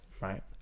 right